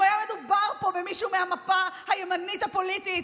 אם היה מדובר פה במישהו מהמפה הימנית הפוליטית,